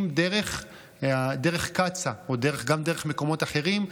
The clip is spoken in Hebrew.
דרך קצא"א או גם דרך מקומות אחרים,